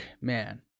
man